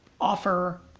offer